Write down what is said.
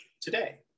today